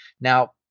Now